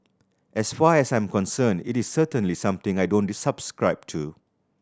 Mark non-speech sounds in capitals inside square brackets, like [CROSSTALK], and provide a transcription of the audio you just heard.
as far as I'm concerned it is certainly something I don't [UNINTELLIGIBLE] subscribe to